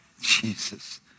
Jesus